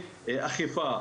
כאחראי אכיפה,